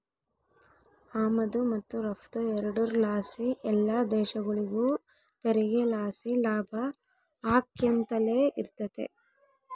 ಆಮದು ಮತ್ತು ರಫ್ತು ಎರಡುರ್ ಲಾಸಿ ಎಲ್ಲ ದೇಶಗುಳಿಗೂ ತೆರಿಗೆ ಲಾಸಿ ಲಾಭ ಆಕ್ಯಂತಲೆ ಇರ್ತತೆ